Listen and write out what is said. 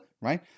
right